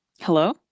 Hello